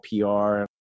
PR